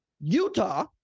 Utah